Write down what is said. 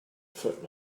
foot